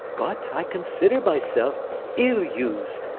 but, i consider myself ill used.